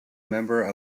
member